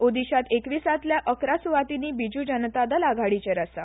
ओदिशान एकविसांतल्या इकरा सुवातींनी बिजू जनता दल आघाडीचेर आसा